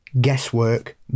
guesswork